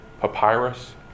papyrus